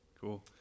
Cool